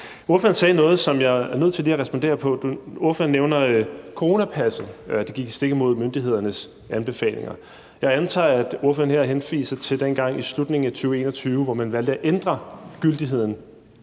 Ordføreren sagde noget, som jeg er nødt til lige at respondere på. Ordføreren nævner, at coronapasset gik stik imod myndighedernes anbefalinger. Jeg antager, at ordføreren her henviser til dengang i slutningen af 2021, hvor man valgte at ændre gyldigheden